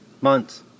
months